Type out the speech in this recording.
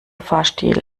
fahrstil